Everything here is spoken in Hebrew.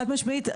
חד משמעית.